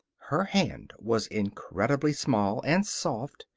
her hand was incredibly small, and soft,